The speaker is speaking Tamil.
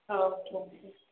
ஓகேங்க சார்